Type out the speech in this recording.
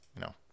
No